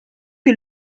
que